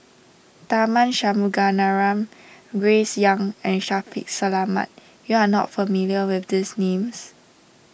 Tharman Shanmugaratnam Grace Young and Shaffiq Selamat you are not familiar with these names